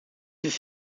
ist